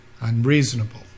unreasonable